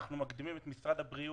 אנחנו מקדימים את משרד הבריאות